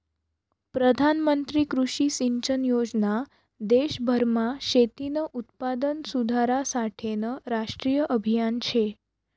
प्रधानमंत्री कृषी सिंचन योजना देशभरमा शेतीनं उत्पादन सुधारासाठेनं राष्ट्रीय आभियान शे